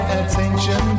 attention